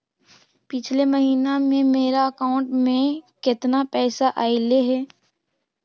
पिछले महिना में मेरा अकाउंट में केतना पैसा अइलेय हे?